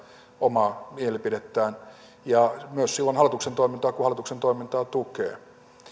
omaa mielipidettään ja myös hallituksen toimintaa silloin kun hallituksen toimintaa tukee